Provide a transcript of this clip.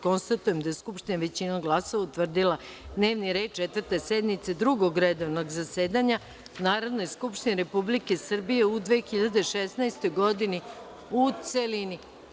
Konstatujem da je Narodna skupština, većinom glasova, utvrdila dnevni red Četvrte sednice Drugog redovnog zasedanja Narodne skupštine Republike Srbije u 2016. godini, u celini.